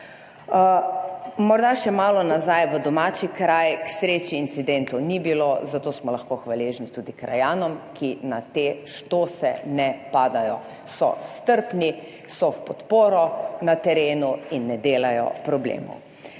Morda še malo nazaj v domači kraj. K sreči incidentov ni bilo, zato smo lahko hvaležni tudi krajanom, ki na te štose ne padajo. So strpni, so v podporo na terenu in ne delajo problemov.